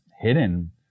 hidden